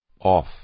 Off